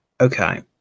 Okay